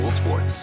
sports